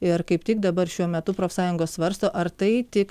ir kaip tik dabar šiuo metu profsąjungos svarsto ar tai tik